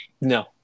no